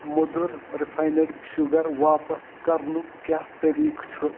موٚدُر refined sugar واپس کرنُک کیٛاہ طٔریٖقہٕ چھُ